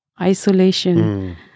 isolation